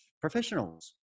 professionals